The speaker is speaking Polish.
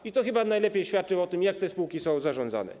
I to chyba najlepiej świadczy o tym, jak te spółki są zarządzane.